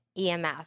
EMF